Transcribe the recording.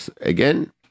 Again